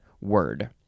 word